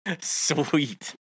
sweet